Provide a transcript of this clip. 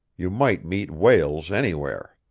you might meet whales anywhere.